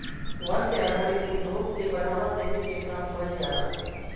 वन पे आधारित उद्योग के बढ़ावा देवे के काम कईल जाला